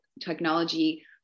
technology